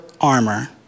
armor